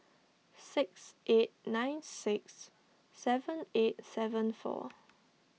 six eight nine six seven eight seven four